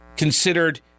considered